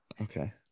Okay